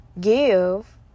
Give